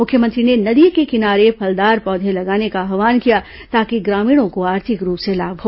मुख्यमंत्री ने नदी के किनारे फलदार पीधे लगाने का आव्हान किया ताकि ग्रामीणों को आर्थिक रूप से लाभ हो